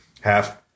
Half